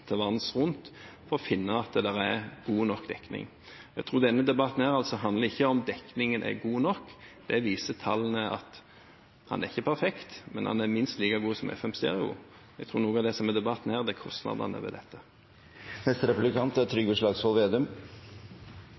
til vanns for å finne at det er god nok dekning. Jeg tror at denne debatten ikke handler om hvorvidt dekningen er god nok. Tallene viser at den ikke er perfekt, men den er minst like god som FM stereo. Jeg tror noe av det som er debatten her, gjelder kostnadene ved dette. Som ansvarlig statsråd har du ansvaret for det som faktisk skjer når det er